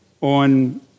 on